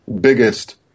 biggest